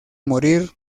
morir